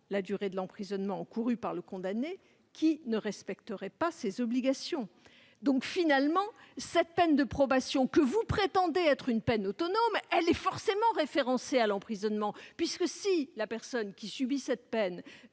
la durée de l'emprisonnement encouru par le condamné qui ne respecterait pas ses obligations. Finalement, cette peine de probation que vous prétendez autonome est forcément référencée à l'emprisonnement, puisque la personne qui ne